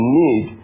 need